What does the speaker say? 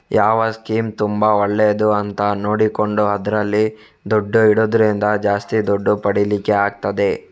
ಯಾವ ಸ್ಕೀಮ್ ತುಂಬಾ ಒಳ್ಳೇದು ಅಂತ ನೋಡಿಕೊಂಡು ಅದ್ರಲ್ಲಿ ದುಡ್ಡು ಇಡುದ್ರಿಂದ ಜಾಸ್ತಿ ದುಡ್ಡು ಪಡೀಲಿಕ್ಕೆ ಆಗ್ತದೆ